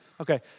Okay